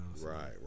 right